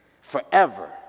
Forever